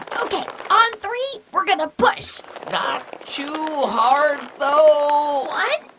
ah ok. on three, we're going to push not too hard, though like